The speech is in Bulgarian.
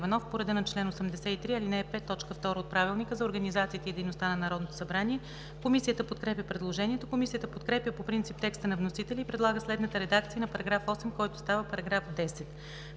по реда на чл. 83, ал. 5, т. 2 от Правилника за организацията и дейността на Народното събрание. Комисията подкрепя предложението. Комисията подкрепя по принцип текста на вносителя и предлага следната редакция на § 8, който става § 10: „§ 10.